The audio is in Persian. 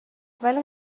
ولی